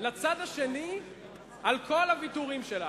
לצד השני על כל הוויתורים שלנו.